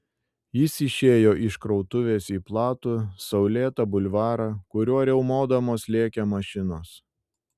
jis išėjo iš krautuvės į platų saulėtą bulvarą kuriuo riaumodamos lėkė mašinos